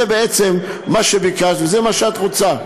זה, בעצם, מה שביקשת, וזה מה שאת רוצה.